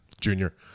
Junior